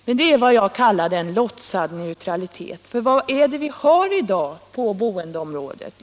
Men det är vad jag kallar en låtsad neutralitet, för vad är det vi har i dag på boendeområdet?